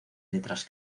letras